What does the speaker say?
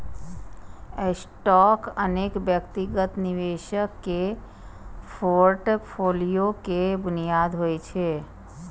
stock अनेक व्यक्तिगत निवेशक के फोर्टफोलियो के बुनियाद होइ छै